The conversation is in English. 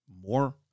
more